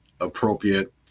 appropriate